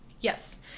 Yes